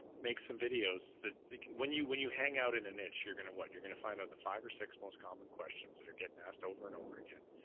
make some videos. when you, when you hang out in a niche, you're going to, what you're going to find out the five or six most common questions that are getting asked over and over again.